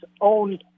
own